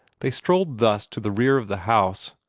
they strolled thus to the rear of the house,